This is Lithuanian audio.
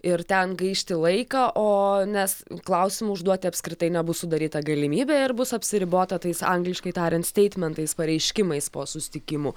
ir ten gaišti laiką o nes klausimų užduoti apskritai nebus sudaryta galimybė ir bus apsiribota tais angliškai tariant steitmentais pareiškimais po susitikimų